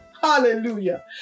hallelujah